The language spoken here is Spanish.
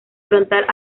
frontal